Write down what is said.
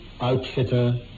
Outfitter